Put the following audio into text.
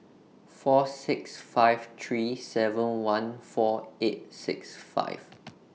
four six five three seven one four eight six five